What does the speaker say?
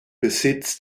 besitz